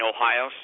Ohio